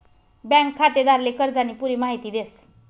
bank खातेदारले कर्जानी पुरी माहिती देस